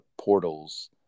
portals